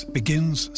begins